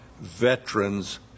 veterans